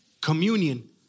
communion